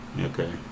Okay